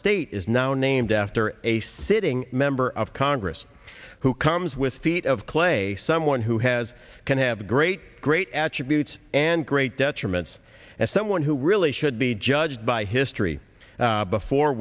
state is now named after a sitting member of congress who comes with feet of clay someone who has can have great great attributes and great detriments as someone who really should be judged by history before